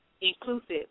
Inclusive